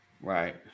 Right